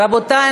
רבותי,